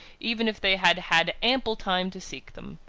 even if they had had ample time to seek them.